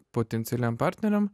potencialiem partneriam